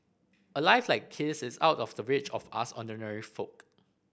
a life like his is out of the reach of us ordinary folk